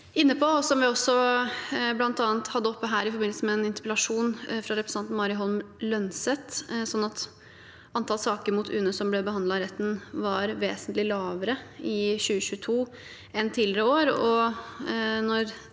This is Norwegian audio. vi også hadde oppe her i forbindelse med en interpellasjon fra representanten Mari Holm Lønseth, var antallet saker mot UNE som ble behandlet i retten, vesentlig lavere i 2022 enn i tidligere år.